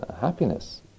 happiness